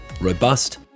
robust